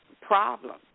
problem